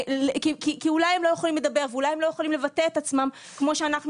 כי אולי הם לא יכולים לדבר ואולי הם לא יכולים לבטא את עצמם כמו שאנחנו